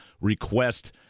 request